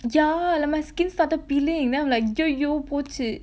yeah like my skin started peeling then I'm like அய்யய்யோ போச்சு:ayyayyo pochu